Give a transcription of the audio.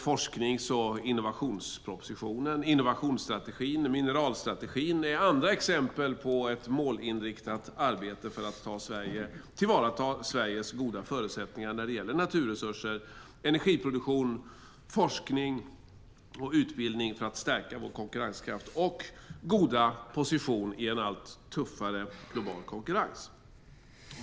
Forsknings och innovationspropositionen, innovationsstrategin och mineralstrategin är andra exempel på ett målinriktat arbete för att tillvarata Sveriges goda förutsättningar när det gäller naturresurser, energiproduktion, forskning och utbildning och för att stärka vår konkurrenskraft och goda position i en allt tuffare global konkurrens.